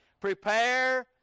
prepare